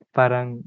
parang